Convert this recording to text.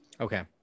Okay